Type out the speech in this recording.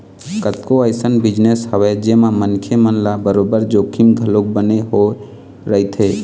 कतको अइसन बिजनेस हवय जेमा मनखे मन ल बरोबर जोखिम घलोक बने होय रहिथे